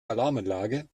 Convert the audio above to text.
alarmanlage